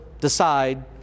decide